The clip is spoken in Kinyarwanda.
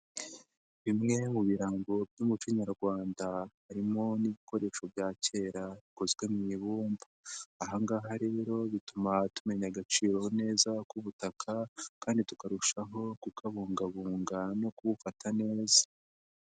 Bimwe mu birango by'umuco nyarwanda harimo n'ibikoresho bya kera bikozwe mu ibumba, ahangaha rero bituma tumenya agaciro neza k'ubutaka kandi tukarushaho kukabungabunga no kubufata neza.